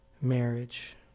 marriage